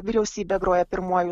vyriausybė groja pirmuoju